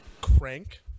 Crank